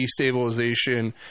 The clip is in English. destabilization